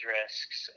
risks